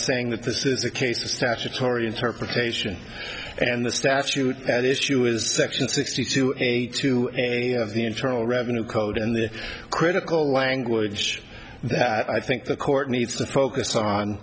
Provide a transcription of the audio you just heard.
saying that this is a case of statutory interpretation and the statute at issue is section sixty two to any of the internal revenue code and the critical language that i think the court needs to focus on